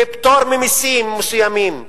בפטור ממסים מסוימים.